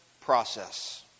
process